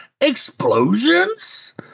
EXPLOSIONS